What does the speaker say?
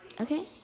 Okay